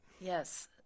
Yes